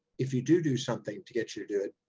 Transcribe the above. if you do do something to get you to do it,